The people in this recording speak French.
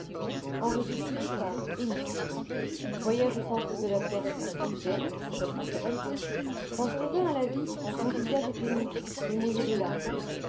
xxviii quand je revins à la vie mon visage était mouillé mais mouillé de larmes